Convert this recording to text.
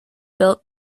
built